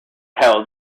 held